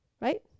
Right